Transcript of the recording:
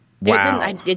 Wow